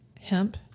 hemp